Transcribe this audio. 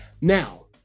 Now